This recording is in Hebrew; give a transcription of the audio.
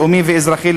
לאומי ואזרחי,